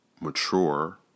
Mature